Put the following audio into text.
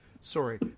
sorry